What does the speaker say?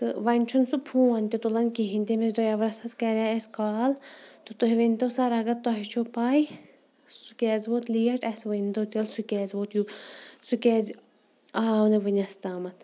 تہٕ وۄنۍ چھُنہٕ سُہ فون تہِ تُلان کِہیٖنۍ تہِ تٔمِس ڈرٛیورَس حظ کَرے اَسہِ کال تہٕ تُہۍ ؤنۍتو سَر اگر تۄہہِ چھو پَے سُہ کیٛازِ ووت لیٹ اَسہِ ؤنۍتو تیٚلہِ سُہ کیٛازِ ووت یُ سُہ کیٛازِ آو نہٕ وٕنِس تامَتھ